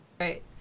Right